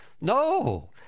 no